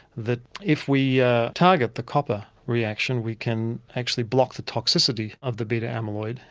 that if we yeah target the copper reaction we can actually block the toxicity of the beta amyloid,